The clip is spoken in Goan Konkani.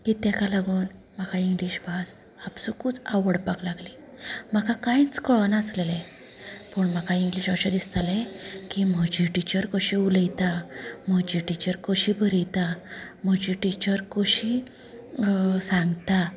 की तेका लागून म्हाका इंग्लीश भास आपसुकूच आवडपाक लागली म्हाका कांयच कळनासलेले पूण म्हाका इंग्लीश अशें दिसतालें की म्हजीं टिचर कशीं उलयतां म्हजीं टिचर कशीं बरयतां म्हजीं टिचर कशी सांगतां